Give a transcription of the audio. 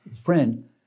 friend